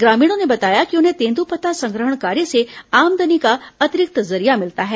ग्रामीणों ने बताया कि उन्हें तेंदूपत्तों संग्रहण कार्य से आमदनी का अतिरिक्त जरिया मिलता है